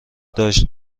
داشت